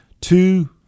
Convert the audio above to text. two